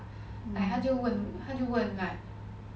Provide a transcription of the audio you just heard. like 他就问他就问 like